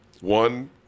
One